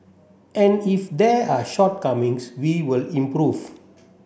and if there are shortcomings we will improve